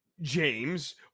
james